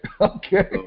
okay